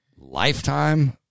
Lifetime